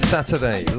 Saturday